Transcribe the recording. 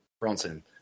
Bronson